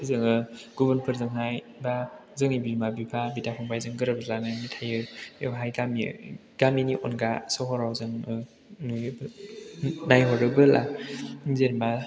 जोङो गुबुनफोरजोंहाय एबा जोंनि बिमा बिफा बिदा फंबाइजों गोरोबलायनानै थायो बेवहाय गामिनि अनगा सहराव जों नायहरोबोला जेनेबा